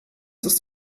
ist